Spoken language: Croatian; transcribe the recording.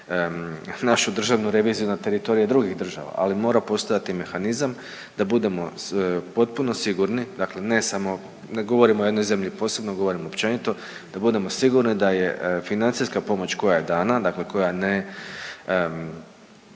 našu državnu reviziju na teritorije drugih država ali mora postojati mehanizam da budemo potpuno sigurni. Dakle ne samo, ne govorimo o jednoj zemlji posebno, govorim općenito, da budemo sigurni da je financijska pomoć koja je dana, dakle koja ne,